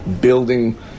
building